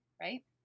Right